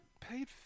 paid